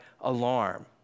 alarm